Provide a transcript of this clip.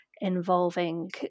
involving